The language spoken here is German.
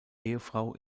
ehefrau